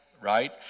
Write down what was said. right